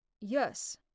yes